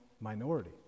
minority